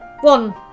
One